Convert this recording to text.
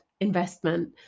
investment